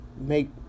make